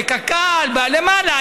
בקק"ל, למעלה.